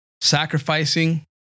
sacrificing